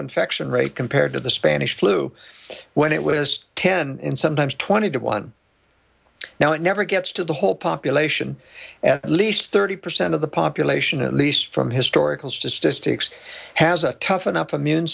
infection rate compared to the spanish flu when it was ten and sometimes twenty to one now it never gets to the whole population at least thirty percent of the population at least from historical statistics has a tough en